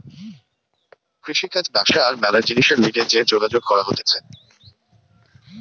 কৃষিকাজ ব্যবসা আর ম্যালা জিনিসের লিগে যে যোগাযোগ করা হতিছে